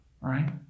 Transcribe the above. right